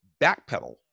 backpedal